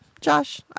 Josh